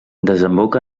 desemboca